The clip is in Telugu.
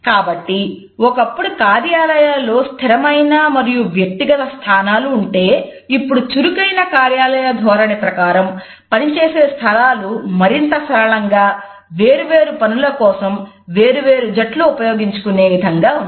కాబట్టి ఒకప్పుడు కార్యాలయాలలో స్థిరమైన మరియు వ్యక్తిగత స్థానాలు ఉంటే ఇప్పుడు చురుకైన కార్యాలయ ధోరణి ప్రకారం పనిచేసే స్థలాలు మరింత సరళంగా వేరు వేరు పనుల కోసం వేరు వేరు జట్లు ఉపయోగించుకునే విధంగా ఉన్నాయి